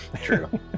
True